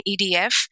EDF